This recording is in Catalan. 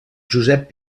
josep